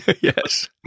Yes